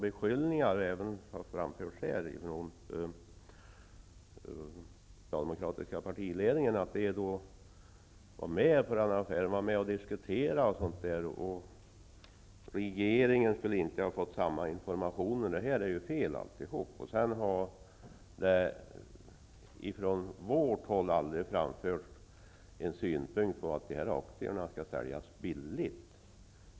Beskyllningar har framförts även mot den socialdemokratiska partiledningen att den var med och diskuterade och att regeringen inte skulle ha fått samma informationer. Det här är ju fel alltihop. Från vårt håll har det aldrig framförts några synpunkter på att aktierna skall säljas billigt.